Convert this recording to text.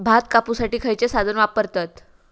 भात कापुसाठी खैयचो साधन वापरतत?